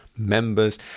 members